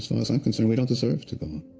far as i'm concerned, we don't deserve to go